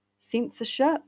censorship